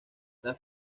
las